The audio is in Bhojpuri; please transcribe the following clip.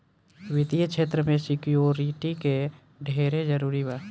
वित्तीय क्षेत्र में सिक्योरिटी के ढेरे जरूरी बा